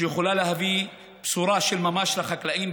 שיכולה להביא בשורה של ממש לחקלאים,